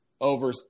over